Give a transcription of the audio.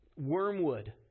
wormwood